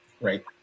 right